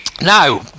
Now